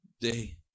day